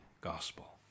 gospel